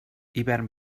hivern